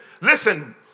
listen